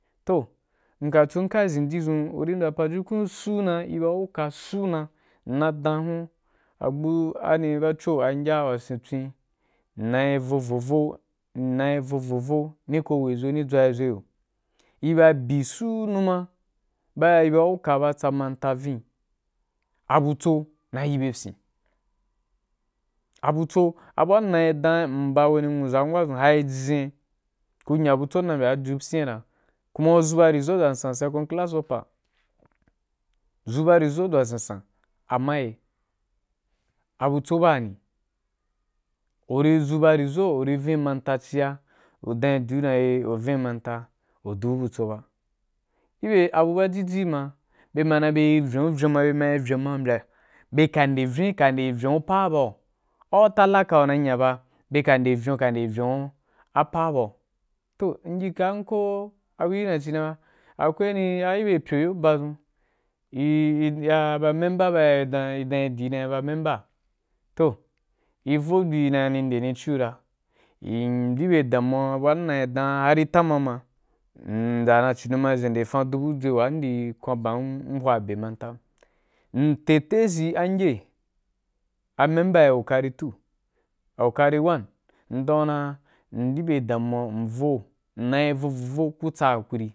Toh, nka chu nka zen ji dʒun uri mbya pajukun suna i ba be gi uka suna, nna dan u agbu ani bacho, angya wa se ntswen nna yi vovovo nna yi vovovo ni ko wei zo ni dʒwa’i zo i yo. I ba byi su numa ba i ba gu i uka ba tsa manta vin a butso na yi bye fyin. A butso, a buwa nna yi dan ya mba a wani nwudʒa’n wa dʒun hai jin ya, ku nya butso har nna pyina kuma ku zu bya result wasan second class upper ku dzu ba result wa sansan amma a butso ba ni uri dzu ba result u ri vin’a manta ciya u danyi diiu dan e’e u’fyin u da’u butso ba, gi byeabu ba jiji ma byema dan bye vyon, vyon ma, bye ma danbye vyon ma mbya bye ka’i nde vyon ka nde vyon’u panaba au. Au tallaka una yi nya fa bye ka nde vyon be ka nde vyon a pa’a ba gu. Toh myim kamko a bùi na ci na ba akwai wai a gibye ryo yoruba dʒun e e ya bye member ba e danyi dii dan i ba member toh i ro bju i dan i noe ni cu ra n di bye damuya bua nna dan i ra har tama ma mbya na ci don ma zende ma fan dubu a dʒwe wa’a ndi kwanban wa ndi hwa be mantan ma, m’ te text yi mgye a member wukari too au wukari one m dau na m di be damuwa, m’ vo’u m’na yi vo vo vo ku tsa hakuri.